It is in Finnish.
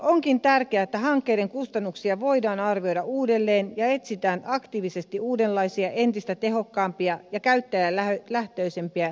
onkin tärkeää että hankkeiden kustannuksia voidaan arvioida uudelleen ja etsitään aktiivisesti uudenlaisia entistä tehokkaampia ja käyttäjälähtöisempiä kehittämisratkaisuja